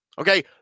Okay